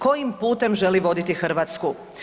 Kojim putem želi voditi Hrvatsku?